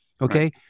Okay